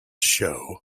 show